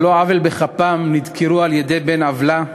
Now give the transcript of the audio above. לא עוול בכפם נדקרו על-ידי בן-עוולה,